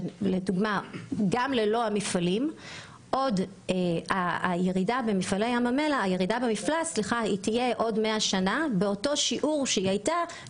שגם ללא המפעלים הירידה במפלס תהיה בעוד 100 שנים באותו שיעור.